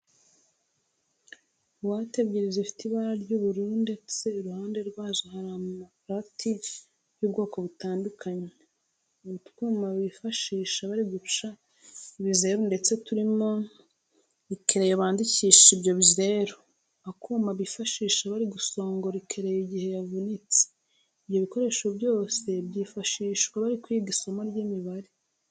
Buwate ebyiri zifite ibara ry'ubururu ndetse iruhande rwazo hari amarati y'ubwoko butandukanye, utwuma bifashisha bari guca ibizeru ndetse turimo ikereyo bandikisha ibyo bizeru, akuma bifashisha bari gusongora ikereyo igihe yavunitse. Ibyo bikoresho byose byifashishwa bari kwiga isomo ry'imibare.